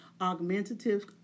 augmentative